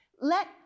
Let